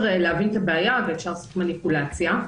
להבין את הבעיה ואפשר לעשות מניפולציה.